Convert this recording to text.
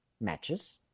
matches